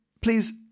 please